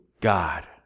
God